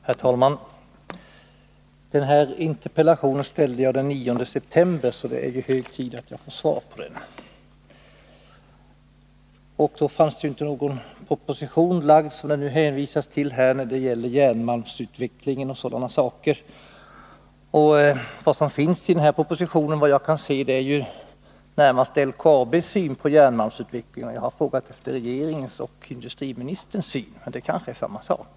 Herr talman! Denna interpellation framställde jag den 9 september, och det är därför hög tid att jag får svar på den. Då fanns inte den proposition framlagd som det nu hänvisas till när det gäller redogörelsen för järnmalmsutvecklingen och sådana saker. Vad som återges i denna proposition är ju, såvitt jag kan se, närmast LKAB:s syn på järnmalmsutvecklingen, och jag 131 har frågat efter regeringens och industriministerns syn på denna utveckling — men det är kanske samma sak.